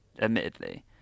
admittedly